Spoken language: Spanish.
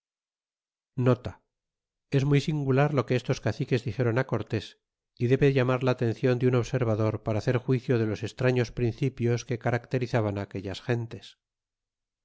es muy singular lo que estos caciques dixéron cortés y debe llamarla atencion de un observador para hacer juicio de los estrados principios que caracterizaban aquellas gentes